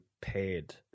paid